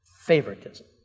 Favoritism